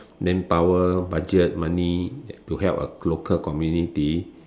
manpower budget money to help a local community